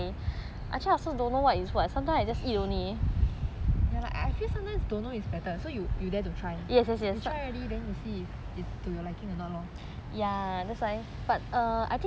ya lah I feel sometimes don't know is better so you dare dare to try you try already then you see to your liking or not loh